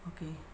Okay